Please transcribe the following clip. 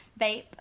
vape